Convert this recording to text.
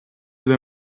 due